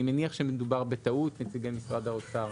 אני מניח שמדובר בטעות, נציגי משרד האוצר.